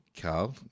Carl